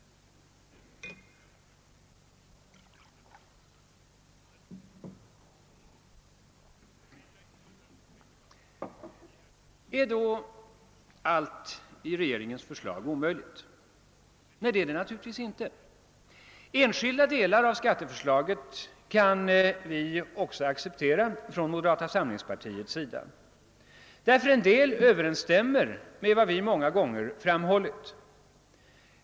Är då allt i regeringens förslag omöjligt att genomföra? Nej, det är det naturligtvis inte. Enskilda delar av skatteförslaget kan också vi i moderata samlingspartiet acceptera, eftersom en del i det överensstämmer med sådant som vi många gånger framhållit.